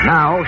Now